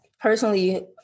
personally